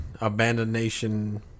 abandonation